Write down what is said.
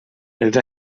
els